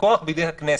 הכוח בידי הכנסת.